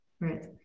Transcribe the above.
Right